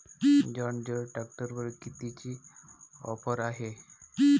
John Deere ट्रॅक्टरवर कितीची offer हाये?